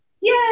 Yay